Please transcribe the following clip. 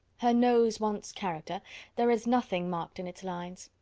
her nose wants character there is nothing marked in its lines.